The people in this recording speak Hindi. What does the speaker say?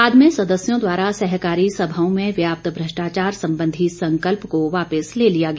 बाद में सदस्यों द्वारा सहकारी सभाओं में व्याप्त भ्रष्टाचार संबंधी संकल्प को वापिस ले लिया गया